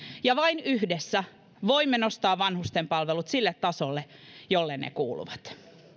ja vain yhdessä voimme nostaa vanhustenpalvelut sille tasolle jolle ne kuuluvat